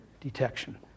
detection